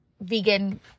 vegan